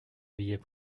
billet